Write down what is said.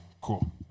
Cool